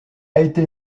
été